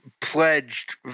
pledged